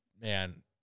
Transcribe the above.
man